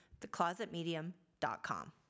theclosetmedium.com